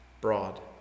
broad